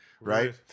right